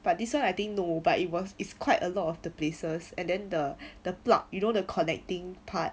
but this one I think no but it was it's quite a lot of the places and then the the plug you know the connecting part